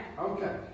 Okay